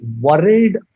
worried